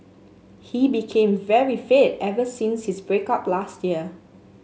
he became very fit ever since his break up last year